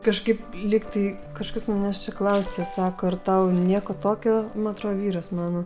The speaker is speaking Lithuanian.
kažkaip lyg tai kažkas manęs čia klausė sako ar tau nieko tokio man atrodo vyras mano